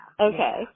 Okay